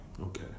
Okay